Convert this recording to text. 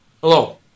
Hello